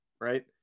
right